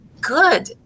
good